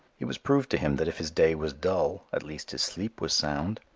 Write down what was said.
it was proved to him that if his day was dull at least his sleep was sound.